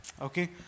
okay